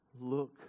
look